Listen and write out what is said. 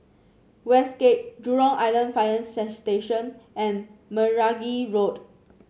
Westgate Jurong Island Fire Station and Meragi Road